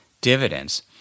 dividends